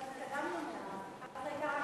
אנחנו התקדמנו מאז.